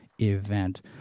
event